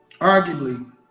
arguably